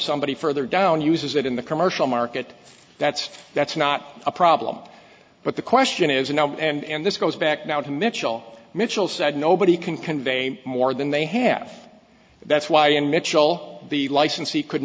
somebody further down uses it in the commercial market that's that's not a problem but the question is you know and this goes back now to michel michel said nobody can convey more than they have that's why in michel the licensee could